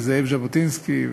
וזאב ז'בוטינסקי,